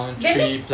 that means